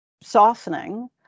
softening